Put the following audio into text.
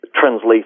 translate